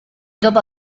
dopo